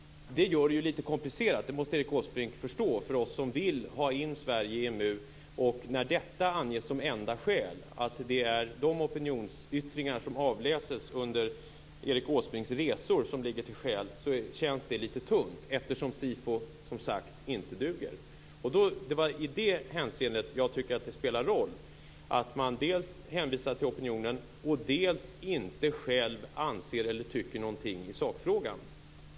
Detta gör det litet komplicerat - det måste Erik Åsbrink förstå - för oss som vill ha in Sverige i EMU. När de opinionsyttringar som avläses under Erik Åsbrinks resor anges som enda skäl, eftersom SIFO inte duger, känns det litet tungt. I det hänseendet tycker jag att det spelar roll att man dels hänvisar till opinionen, dels inte själv anser eller tycker någonting i sakfrågan.